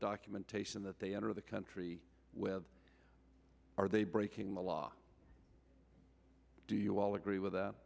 documentation that they enter the country with are they breaking the law do you all agree with that